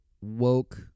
woke